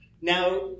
Now